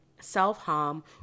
self-harm